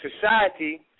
society